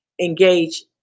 engage